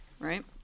right